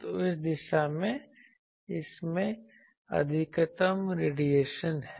तो उस दिशा में इसमें अधिकतम रेडिएशन है